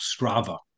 Strava